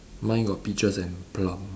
mine got peaches and plum